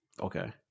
Okay